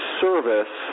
service